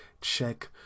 check